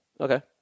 Okay